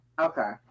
Okay